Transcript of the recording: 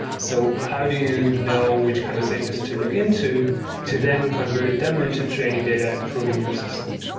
so how do you know which conversations to look into to then convert them into training data, improving your assistant?